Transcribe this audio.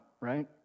right